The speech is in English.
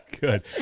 Good